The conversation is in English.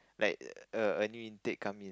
like a a new intake come in